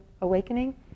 awakening